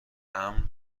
امن